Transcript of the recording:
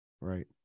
right